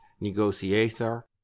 negotiator